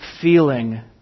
feeling